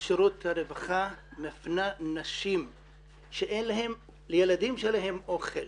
שירות הרווחה מפנה נשים שאין לילדים שלהם אוכל,